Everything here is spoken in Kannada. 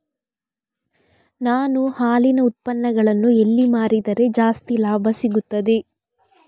ನಾನು ಹಾಲಿನ ಉತ್ಪನ್ನಗಳನ್ನು ಎಲ್ಲಿ ಮಾರಿದರೆ ಜಾಸ್ತಿ ಲಾಭ ಸಿಗುತ್ತದೆ?